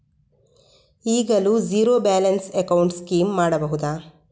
ಈಗಲೂ zero balance account scheme ಮಾಡಬಹುದಾ?